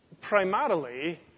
primarily